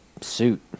suit